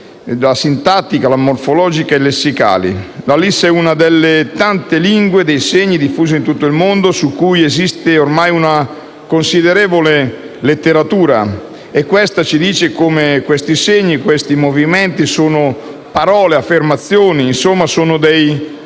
sintattico, morfologico e lessicale. La LIS è una delle tante lingue dei segni diffusa in tutto il mondo, su cui esiste ormai una considerevole letteratura, che ci dice come quei segni, quei movimenti sono parole, affermazioni; insomma, sono